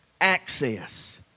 access